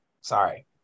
Sorry